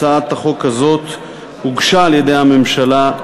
הצעת החוק הזאת הוגשה על-ידי הממשלה,